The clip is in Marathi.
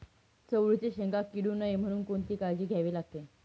चवळीच्या शेंगा किडू नये म्हणून कोणती काळजी घ्यावी लागते?